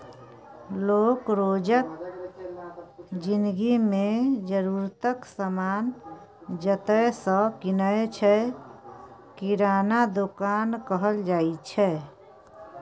लोक रोजक जिनगी मे जरुरतक समान जतय सँ कीनय छै किराना दोकान कहल जाइ छै